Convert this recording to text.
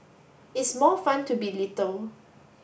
it's more fun to be little